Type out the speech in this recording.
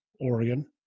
Oregon